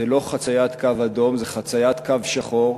זה לא חציית קו אדום, זה חציית קו שחור,